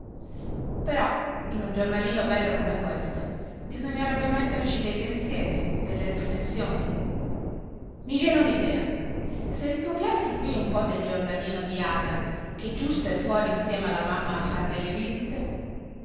però in un giornalino bello come questo bisognerebbe metterci dei pensieri delle riflessioni i viene un'idea se ricopiassi qui un po del giornalino di ada che giusto è fuori insieme alla mamma a far delle visite